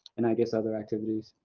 and i guess other activities.